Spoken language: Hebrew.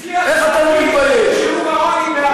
הצליח להוריד את שיעור העוני,